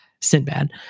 Sinbad